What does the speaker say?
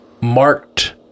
marked